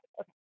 Okay